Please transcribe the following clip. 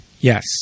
Yes